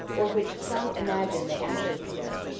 or which some imagine they actually possess,